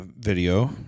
video